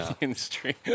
industry